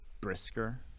brisker